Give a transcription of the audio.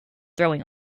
throwing